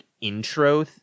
intro